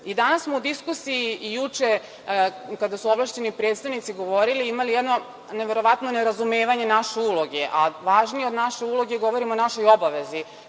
podrži. Danas smo u diskusiji i juče, kada su ovlašćeni predstavnici govorili imali jedno neverovatno nerazumevanje naše uloge, a važnije od naše uloge, govorim o našoj obavezi,